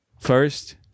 first